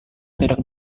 tidak